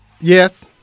Yes